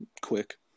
quick